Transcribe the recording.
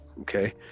okay